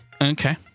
okay